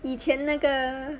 以前那个